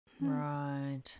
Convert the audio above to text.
right